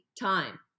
time